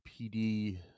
PD